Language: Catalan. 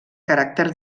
caràcter